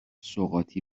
سوغاتی